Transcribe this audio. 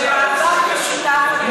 זה מאבק משותף על ירושלים.